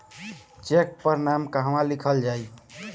Check पर नाम कहवा लिखल जाइ?